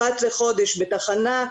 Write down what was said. אחת לחודש בתחנה,